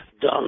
Done